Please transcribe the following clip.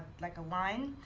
like a line.